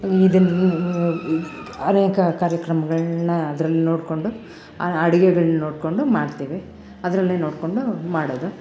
ಇದನ್ನು ಅನೇಕ ಕಾರ್ಯಕ್ರಮಗಳನ್ನ ಅದ್ರಲ್ಲಿ ನೋಡಿಕೊಂಡು ಅಡುಗೆಗಳು ನೋಡಿಕೊಂಡು ಮಾಡ್ತೀವಿ ಅದರಲ್ಲೇ ನೋಡಿಕೊಂಡು ಮಾಡೋದು